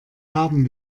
haben